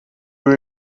you